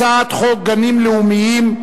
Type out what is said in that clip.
הצעת חוק גנים לאומיים,